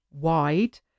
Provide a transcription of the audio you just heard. wide